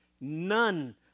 none